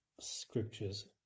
scriptures